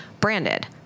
branded